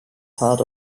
part